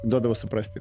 duodavo suprasti